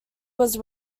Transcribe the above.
was